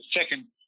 second